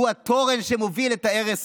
הוא התורן שמוביל את ההרס